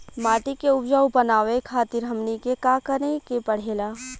माटी के उपजाऊ बनावे खातिर हमनी के का करें के पढ़ेला?